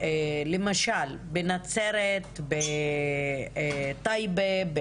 למשל, בנצרת, בטייבה,